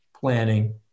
planning